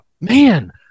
man